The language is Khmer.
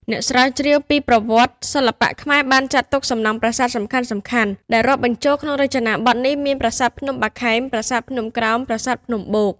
អ្នកស្រាវជ្រាវពីប្រវត្តិសិល្បៈខ្មែរបានចាត់ទុក សំណង់ ប្រាសាទសំខាន់ៗ ដែលរាប់បញ្ចូលក្នុងរចនាបថនេះមាន ប្រាសាទភ្នំបាខែង ប្រាសាទភ្នំក្រោម ប្រាសាទភ្នំបូក ។